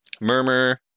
Murmur